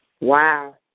Wow